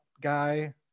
guy